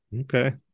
Okay